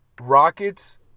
Rockets